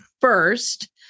first